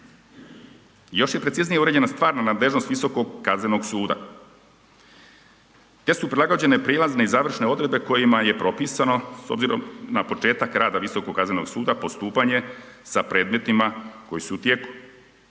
Još je preciznije uređena stvarna nadležnost Visokog kaznenog suda. Te su prilagođene prijelazne i završne odredbe kojima je propisano s obzirom na početak rada Visokog kaznenog suda postupanje sa predmetima koji su u tijeku.